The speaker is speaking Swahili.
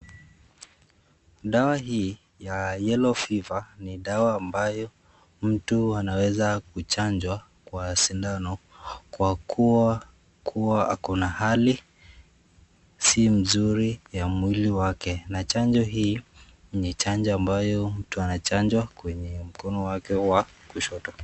Dawa hii ya yellow fever ni dawa ambayo mtu anaweza kuchanjwa kwa sindano kwa kuwa ako na hali si mzuri ya mwili wake na chanjo hii ni chanjo ambayo mtu anachanjwa kwenye mkono wake wa kushoto.